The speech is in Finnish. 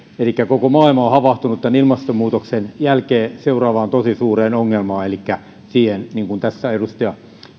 elikkä koko maailma on havahtunut ilmastonmuutoksen jälkeen seuraavaan tosi suureen ongelmaan elikkä siihen niin kuin tässä edustaja